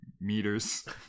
meters